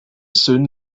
soon